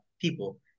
people